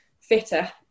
fitter